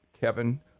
Kevin